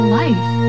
life